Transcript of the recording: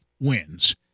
wins